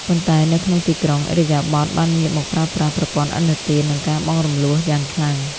ប៉ុន្តែនៅក្នុងទីក្រុង ឥរិយាបថបានងាកមកប្រើប្រាស់ "ប្រព័ន្ធឥណទាន និងការបង់រំលស់" យ៉ាងខ្លាំង។